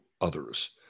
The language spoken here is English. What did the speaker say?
others